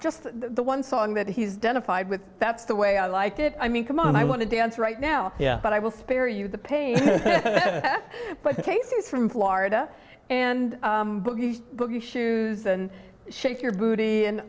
just the one song that he's done a five with that's the way i like it i mean come on i want to dance right now yeah but i will spare you the pain but the case is from florida and you shoes and shake your booty and